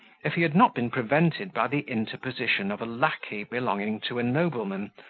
if he had not been prevented by the interposition of a lacquey belonging to a nobleman,